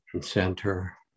center